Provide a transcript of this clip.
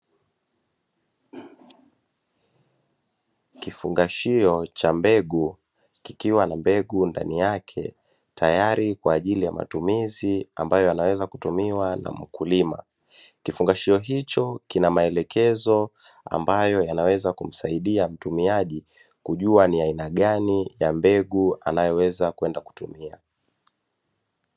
Kifungashio cha mbegu kikiwa na mbegu ndani yake tayari kwa ajili ya matumizi ambayo yanaweza kutumiwa na mkulima , kifungashio hicho kina maelekezo ambayoya naweza kumsaidia mtumiaji kujua ni aina gani ya mbegu anayoweza kutumia.